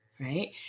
right